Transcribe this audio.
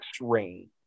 range